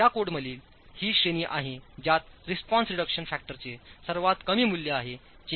या कोडमधील ही श्रेणी आहे ज्यातरिस्पॉन्स रिडक्शन फॅक्टरचेसर्वात कमी मूल्य आहेजे 1